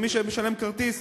ומי שמשלם על כרטיס,